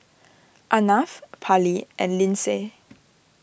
Arnav Parley and Lyndsay